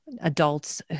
adults